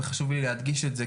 וחשוב לי להדגיש את זה,